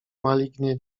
malignie